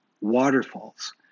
waterfalls